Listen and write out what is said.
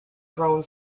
grown